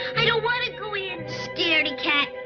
i don't want to go in. scaredy cat.